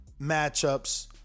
matchups